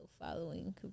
following